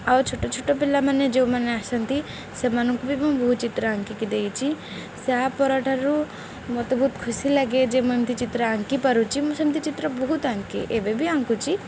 ଆଉ ଛୋଟ ଛୋଟ ପିଲାମାନେ ଯେଉଁମାନେ ଆସନ୍ତି ସେମାନଙ୍କୁ ବି ମୁଁ ବହୁତ ଚିତ୍ର ଆଙ୍କିକି ଦେଇଛି ସେ ପର ଠାରୁ ମୋତେ ବହୁତ ଖୁସି ଲାଗେ ଯେ ମୁଁ ଏମିତି ଚିତ୍ର ଆଙ୍କି ପାରୁଛି ମୁଁ ସେମିତି ଚିତ୍ର ବହୁତ ଆଙ୍କେ ଏବେ ବି ଆଙ୍କୁୁଛି